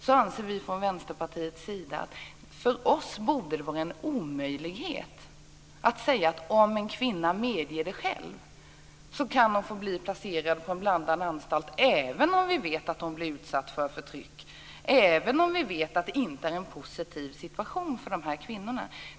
Men från Vänsterpartiets sida anser vi att det borde vara en omöjlighet att säga att om en kvinna medger det själv kan hon få bli placerad på blandad anstalt även om vi vet att hon blir utsatt för förtryck, även om vi vet att det inte är en positiv situation för de här kvinnorna.